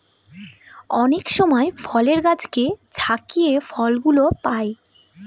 অনেক সময় ফলের গাছকে ঝাকিয়ে ফল গুলো পাই